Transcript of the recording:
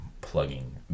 plugging